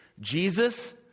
Jesus